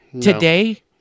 today